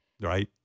Right